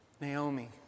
Naomi